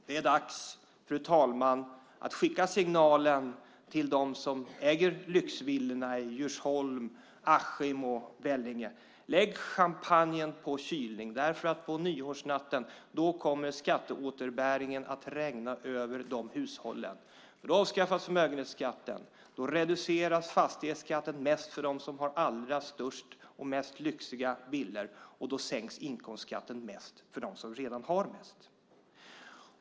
Det är, fru talman, dags att skicka signalen till dem som äger lyxvillorna i Djursholm, Askim och Vellinge att lägga champagnen på kylning därför att på nyårsnatten kommer skatteåterbäringen att regna över de hushållen. Då avskaffas förmögenhetsskatten. Då reduceras fastighetsskatten mest för dem som har de allra största och mest lyxiga villorna. Då sänks inkomstskatten mest för dem som redan har mest.